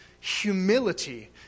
humility